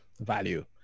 Value